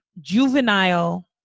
juvenile